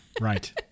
right